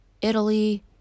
Italy